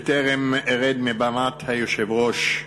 בטרם ארד מבימת היושב-ראש,